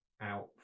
out